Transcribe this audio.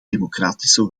democratische